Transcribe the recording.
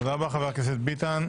תודה רבה חבר הכנסת ביטן.